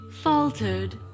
faltered